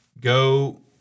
go